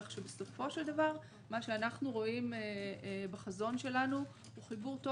כך שבסופו של דבר מה שאנחנו רואים בחזון שלנו הוא חיבור טוב